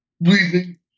breathing